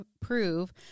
prove